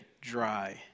dry